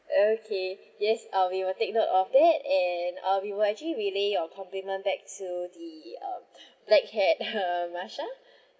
okay yes uh we will take note of that and uh we will actually relay your compliment back to the uh black hair uh marsha